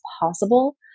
possible